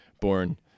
born